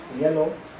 yellow